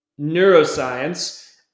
neuroscience